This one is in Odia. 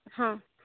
ହଁ